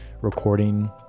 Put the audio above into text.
recording